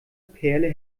perle